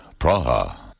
Praha